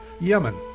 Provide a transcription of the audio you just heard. Yemen